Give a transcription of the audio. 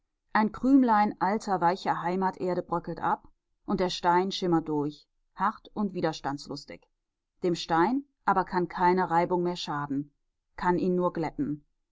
ein krümlein alter weicher heimaterde bröckelt ab und der stein schimmert durch hart und widerstandslustig dem stein aber kann keine reibung mehr schaden kann ihn nur glätten